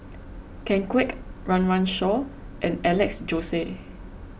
Ken Kwek Run Run Shaw and Alex Josey